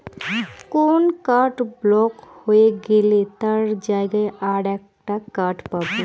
কোন card block হয়ে গেলে তার জায়গায় আর একটা কার্ড পাবো